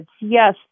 yes